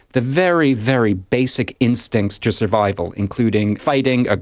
the very, very basic instincts to survival including fighting, ah